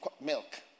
milk